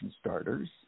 starters